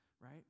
right